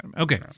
Okay